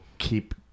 keep